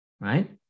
right